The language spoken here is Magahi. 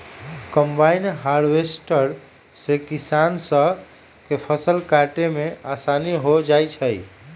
कंबाइन हार्वेस्टर से किसान स के फसल काटे में आसानी हो जाई छई